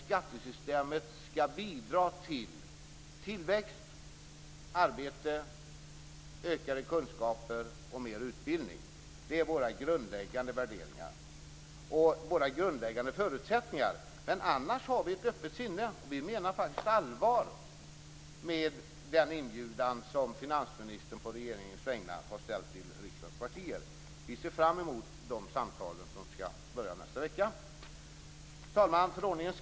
Skattesystemet skall bidra till tillväxt, arbete, ökade kunskaper och mer utbildning. Detta är våra grundläggande värderingar och förutsättningar. Men annars har vi ett öppet sinne. Vi menar faktiskt allvar med den inbjudan som finansministern på regeringens vägnar har sänt till riksdagens partier. Vi ser fram emot dessa samtal som skall inledas nästa vecka. Fru talman!